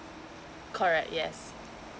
correct yes